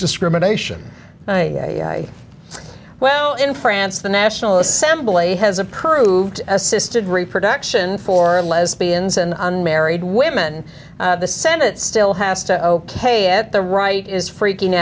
discrimination i well in france the national assembly has approved assisted reproduction for lesbians and unmarried women the senate still has to ok it the right is freaking